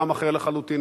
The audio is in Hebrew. עולם אחר לחלוטין.